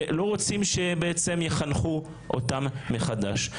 שלא רוצים בעצם שיחנכו אותם מחדש.